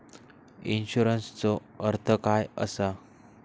इन्शुरन्सचो अर्थ काय असा?